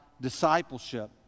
discipleship